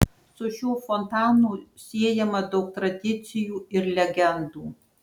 su šiuo fontanu siejama daug tradicijų ir legendų